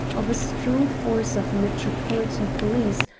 of a strong force of metropolitan police,